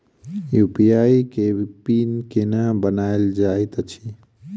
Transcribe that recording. UPI केँ PIN केना बनायल जाइत अछि